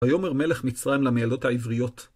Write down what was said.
ויאמר מלך מצרים למיילדות העבריות.